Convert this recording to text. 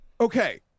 Okay